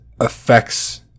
affects